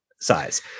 size